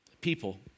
people